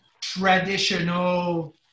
traditional